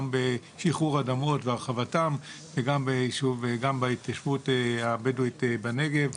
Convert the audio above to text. גם בשחרור אדמות והרחבתם גם בהתיישבות הבדואית בנגב.